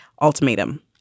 ultimatum